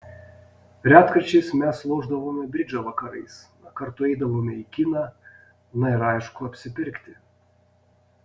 retkarčiais mes lošdavome bridžą vakarais kartu eidavome į kiną na ir aišku apsipirkti